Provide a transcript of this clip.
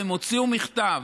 והם הוציאו מכתב,